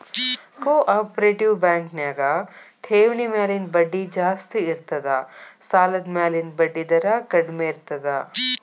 co operative bank ನ್ಯಾಗ ಠೆವ್ಣಿ ಮ್ಯಾಲಿನ್ ಬಡ್ಡಿ ಜಾಸ್ತಿ ಇರ್ತದ ಸಾಲದ್ಮ್ಯಾಲಿನ್ ಬಡ್ಡಿದರ ಕಡ್ಮೇರ್ತದ